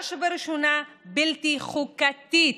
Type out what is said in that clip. ובראש ובראשונה, בלתי חוקתית.